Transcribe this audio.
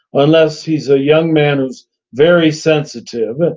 unless he's a young man who's very sensitive, and